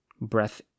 breath